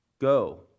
Go